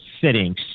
sitting